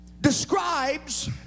describes